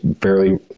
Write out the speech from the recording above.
fairly